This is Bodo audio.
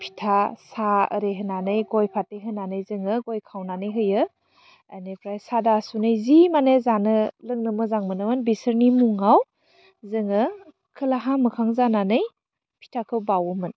फिथा सा ओरै होनानै गय फाथै होनानै जोङो गय खावनानै होयो आनिफ्राय सादा सुनै जि मानि जानो लोंनो मोजां मोनोमोन बिसोरनि मुङाव जोङो खोलाहा मोखां जानानै फिथाखौ बावोमोन